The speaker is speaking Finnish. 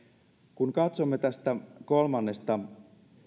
kun katsomme tästä kolmannesta